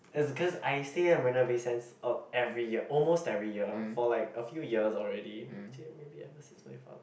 it's cause I stay at Marina-Bay-Sands every year almost every year for like a few years already actually maybe ever since my father